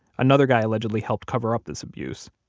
another guy allegedly helped cover up this abuse